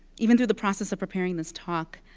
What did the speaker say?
even through the process of preparing this talk,